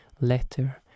letter